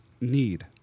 need